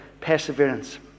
perseverance